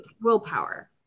willpower